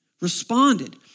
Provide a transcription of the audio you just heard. responded